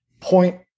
point-